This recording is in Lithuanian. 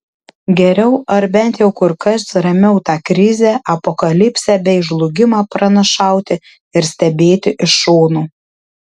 geriau ar bent jau kur kas ramiau tą krizę apokalipsę bei žlugimą pranašauti ir stebėti iš šono